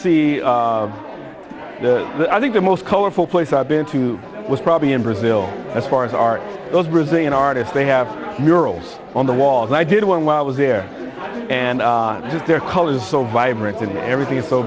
see i think the most colorful place i've been to was probably in brazil as far as our brazilian artists they have murals on the walls and i did one when i was there and just their color is so vibrant and everything is so